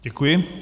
Děkuji.